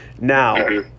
now